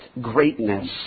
greatness